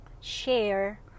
share